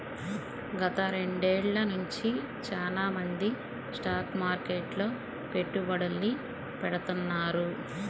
గత రెండేళ్ళ నుంచి చానా మంది స్టాక్ మార్కెట్లో పెట్టుబడుల్ని పెడతాన్నారు